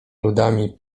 ludami